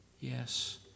Yes